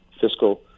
fiscal